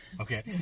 Okay